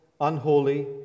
unholy